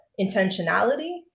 intentionality